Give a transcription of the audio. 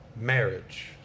Marriage